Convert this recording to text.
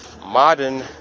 modern